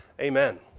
amen